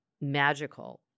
magical